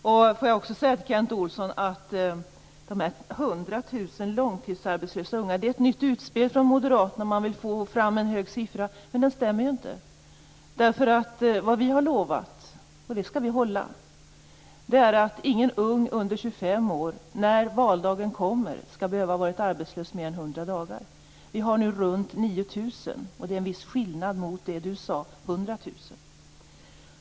Sedan var det de 100 000 långtidsarbetslösa ungdomarna, Kent Olsson. Det är ett nytt utspel från Moderaterna. Den höga siffran stämmer inte. Vi har lovat - och det skall vi hålla - att ingen ung under 25 år, när valdagen kommer, skall behöva ha varit arbetslös mer än 100 dagar. Det finns nu runt 9 000. Det är en viss skillnad mot vad Kent Olsson sade, nämligen 100 000.